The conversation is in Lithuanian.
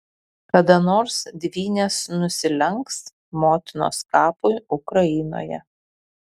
kada nors dvynės nusilenks motinos kapui ukrainoje